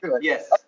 Yes